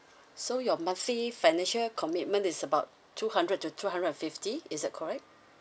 so your monthly financial commitment is about two hundred to two hundred and fifty is that correct